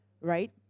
right